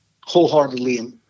wholeheartedly